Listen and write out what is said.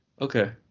okay